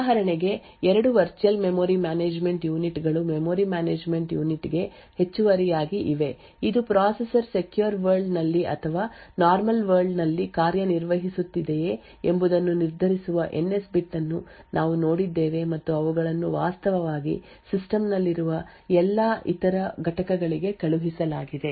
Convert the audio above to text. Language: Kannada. ಉದಾಹರಣೆಗೆ ಎರಡು ವರ್ಚುಯಲ್ ಮೆಮೊರಿ ಮ್ಯಾನೇಜ್ಮೆಂಟ್ ಯೂನಿಟ್ ಗಳು ಮೆಮೊರಿ ಮ್ಯಾನೇಜ್ಮೆಂಟ್ ಯೂನಿಟ್ ಗೆ ಹೆಚ್ಚುವರಿಯಾಗಿ ಇವೆ ಇದು ಪ್ರೊಸೆಸರ್ ಸೆಕ್ಯೂರ್ ವರ್ಲ್ಡ್ ನಲ್ಲಿ ಅಥವಾ ನಾರ್ಮಲ್ ವರ್ಲ್ಡ್ ನಲ್ಲಿ ಕಾರ್ಯನಿರ್ವಹಿಸುತ್ತಿದೆಯೇ ಎಂಬುದನ್ನು ನಿರ್ಧರಿಸುವ ಎನ್ ಎಸ್ ಬಿಟ್ ಅನ್ನು ನಾವು ನೋಡಿದ್ದೇವೆ ಮತ್ತು ಅವುಗಳನ್ನು ವಾಸ್ತವವಾಗಿ ಸಿಸ್ಟಂ ನಲ್ಲಿರುವ ಎಲ್ಲಾ ಇತರ ಘಟಕಗಳಿಗೆ ಕಳುಹಿಸಲಾಗಿದೆ